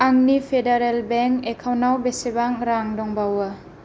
आंनि federal bank एकाउन्टाव बेसेबां रां दंबावो